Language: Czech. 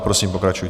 Prosím, pokračujte.